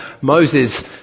Moses